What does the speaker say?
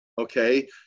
okay